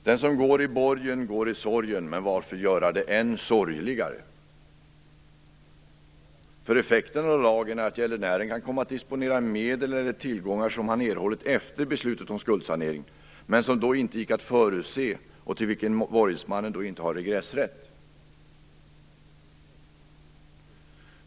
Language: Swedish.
Den som går i borgen går i sorgen, men varför göra det än sorgligare? Effekten av lagen är att gäldenären kan komma att disponera medel eller tillgångar som han erhållit efter beslutet om skuldsanering men som då inte gick att förutse och till vilka borgensmannen då inte har regressrätt.